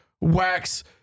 wax